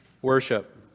Worship